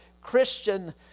Christian